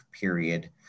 period